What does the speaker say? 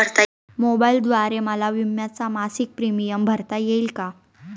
मोबाईलद्वारे मला विम्याचा मासिक प्रीमियम भरता येईल का?